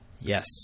Yes